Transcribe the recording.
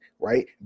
right